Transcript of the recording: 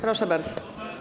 Proszę bardzo.